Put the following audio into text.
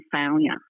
failure